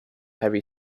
heavy